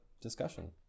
discussion